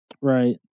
Right